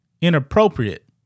inappropriate